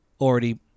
already